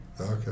Okay